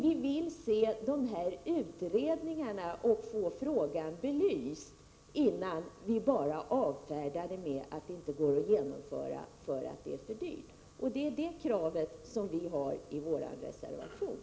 Vi vill se utredningarna och få frågan belyst innan vi bara avfärdar den med att det inte går att genomföra därför att det blir för dyrt. Det är kravet i vår reservation.